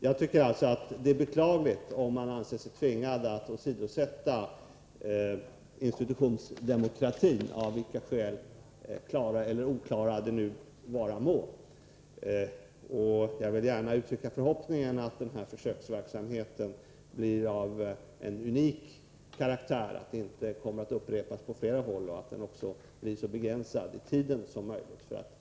Jag tycker alltså att det är beklagligt om man anser sig tvingad att åsidosätta institutionsdemokratin, av vilka skäl— klara eller oklara — det vara må. Jag vill gärna uttrycka förhoppningen att denna försöksverksamhet blir av unik karaktär, att den inte kommer att upprepas på flera håll och att den blir så begränsad i tiden som möjligt.